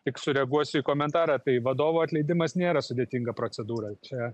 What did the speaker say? tik sureaguosiu į komentarą tai vadovo atleidimas nėra sudėtinga procedūra čia